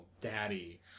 daddy